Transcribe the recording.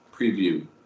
preview